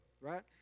right